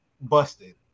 busted